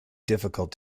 difficult